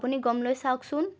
আপুনি গম লৈ চাওকচোন